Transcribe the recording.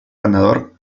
ganador